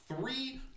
three